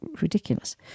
ridiculous